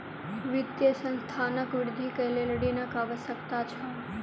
वित्तीय संस्थानक वृद्धि के लेल ऋणक आवश्यकता छल